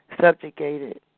Subjugated